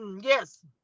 yes